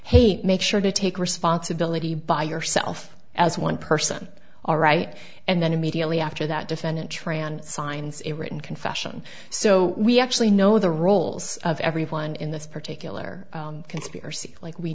hate make sure to take responsibility by yourself as one person all right and then immediately after that defendant tran signs it written confession so we actually know the roles of everyone in this particular